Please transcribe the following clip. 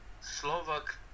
Slovak